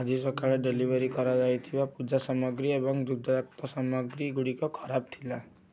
ଆଜି ସକାଳେ ଡେଲିଭର୍ କରାଯାଇଥିବା ପୂଜା ସାମଗ୍ରୀ ଏବଂ ଦୁଗ୍ଧଜାତ ସାମଗ୍ରୀ ଗୁଡ଼ିକ ଖରାପ ଥିଲା